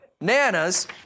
Nana's